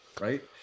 right